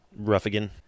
Ruffigan